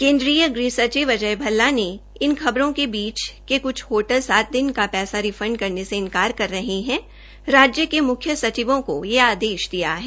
केन्द्रीय गृह सचिव अयज भल्ला ने इस खबरों के बीच कि क्छ होटल सात दिन का पैसा रिफंड करने से इन्कार कर रहे है राज्य के म्ख्य सचिवों को यह आदेश दिया गया है